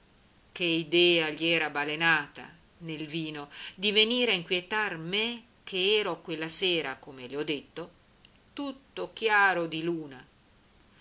che idea gli era balenata nel vino di venire a inquietar me ch'ero quella sera come le ho detto tutto chiaro di luna